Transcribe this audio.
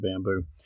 Bamboo